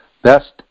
Best